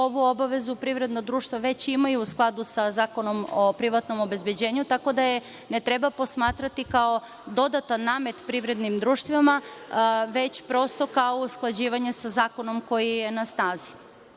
ovu obavezu privredna društva već imaju u skladu sa Zakonom o privatnom obezbeđenju, tako da je ne treba posmatrati kao dodatan namet privrednim društvima, već prosto kao usklađivanje sa zakonom koji je na snazi. Na